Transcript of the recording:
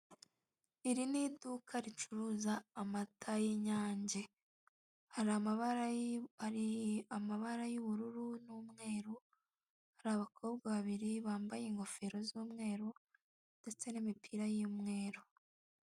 Iri ni iduka ricuruza amata y'inyange, hari amabara y'ubururu n'umweru; hari abakobwa babiri bambaye ingofero z'umweru ndetse n'imipira y'umweru.